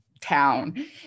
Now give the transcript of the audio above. town